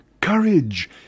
Courage